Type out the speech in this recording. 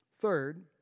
Third